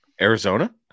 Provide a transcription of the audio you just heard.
Arizona